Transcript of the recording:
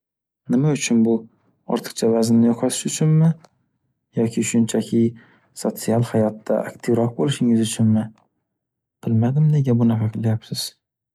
Nima uchun bu? Ortiqcha vaznni yo’qotish uchunmi? Yoki shunchaki sotsial hayotda aktivroq bo’lishingiz uchunmi? Bilmadim nega bunaqa qilyapsiz?!